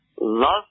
love